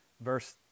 verse